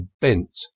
bent